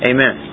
Amen